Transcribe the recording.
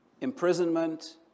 imprisonment